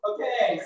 Okay